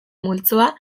multzoa